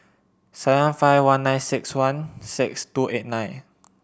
seven five one nine six one six two eight nine